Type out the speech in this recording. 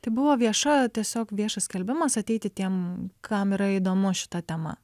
tai buvo vieša tiesiog viešas skelbimas ateiti tiem kam yra įdomu šita tema